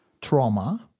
trauma